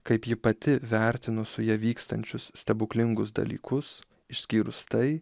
kaip ji pati vertino su ja vykstančius stebuklingus dalykus išskyrus tai